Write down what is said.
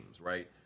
right